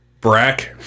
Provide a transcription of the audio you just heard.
Brack